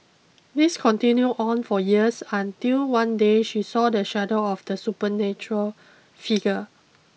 this continued on for years until one day she saw the shadow of the supernatural figure